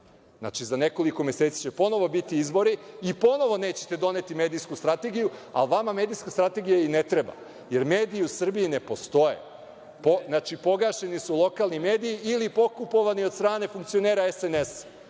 Znači, za nekoliko meseci će ponovo biti izbori i ponovo nećete doneti medijsku strategiju, a vama medijska strategija i ne treba, jer mediji u Srbiji ne postoje. Znači, pogašeni su lokalni mediji ili pokupovani od strane funkcionera SNS,